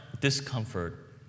discomfort